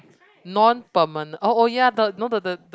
non permane~ oh oh ya the no the the the